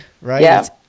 right